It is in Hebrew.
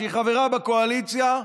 שהיא חברה בקואליציה,